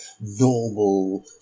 normal